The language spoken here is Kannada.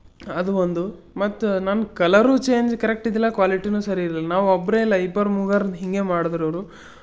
ಅದು ಒಂದು ಮತ್ತು ನನ್ನ ಕಲರು ಚೇಂಜ್ ಕರೆಕ್ಟ್ ಇದ್ದಿಲ್ಲ ಕ್ವಾಲಿಟಿನೂ ಸರಿ ಇರ್ಲಿಲ್ಲ ನಾವು ಒಬ್ಬರೇ ಅಲ್ಲ ಇಬ್ಬರು ಮೂವರದು ಹೀಗೇ ಮಾಡ್ದ್ರು ಅವರು